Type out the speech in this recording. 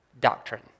Doctrine